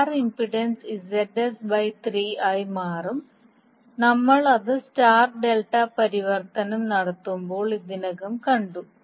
star impedance ZS 3 ആയി മാറും നമ്മൾ അത് സ്റ്റാർ ഡെൽറ്റ പരിവർത്തനം നടത്തുമ്പോൾ ഇതിനകം കണ്ടു